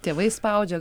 tėvai spaudžia